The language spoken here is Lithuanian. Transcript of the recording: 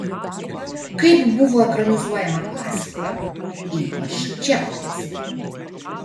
kaip buvo ekranizuojama klasika ypač čechovas